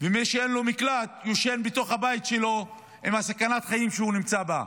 ומי שאין לו מקלט יושב בתוך הבית שלו בסכנת החיים שהוא נמצא בה.